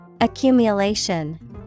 Accumulation